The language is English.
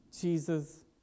Jesus